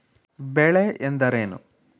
ಬೆಳೆ ಎಂದರೇನು?